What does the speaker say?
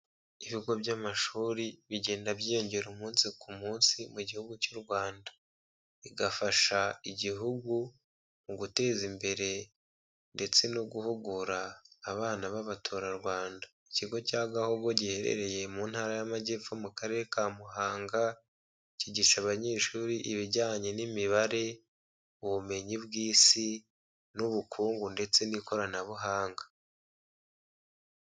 Ibigo by'amashuri bigenda byiyongera umunsi ku munsi mu gihugu cy'u Rwanda. Bigafasha igihugu, mu guteza imbere ndetse no guhugura abana b'abaturarwanda. Ikigo cya Gahogo giherereye mu Ntara y'Amajyepfo, mu Karere ka Muhanga, kigisha abanyeshuri ibijyanye n'imibare, ubumenyi bw'isi n'ubukungu ndetse n'ikoranabuhanga.